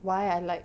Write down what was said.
why I like